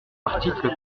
article